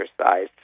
exercise